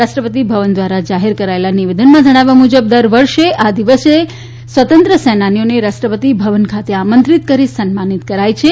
રાષ્ટ્રપતિ ભવન ધ્વારા જાહેર કરાયેલા નિવેદનમાં જણાવ્યા મુજબ દર વર્ષે આ દિવસે સ્વતંત્ર સેનાનીઓને રાષ્ટ્રપતિ ભવન ખાતે આમંત્રિત કરી સન્માનીત કરાય છે